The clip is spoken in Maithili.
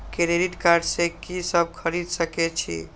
क्रेडिट कार्ड से की सब खरीद सकें छी?